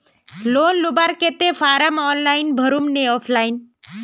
Loan लुबार केते form online भरुम ने ऑफलाइन?